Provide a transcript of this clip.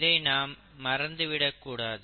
இதை நாம் மறந்துவிடக்கூடாது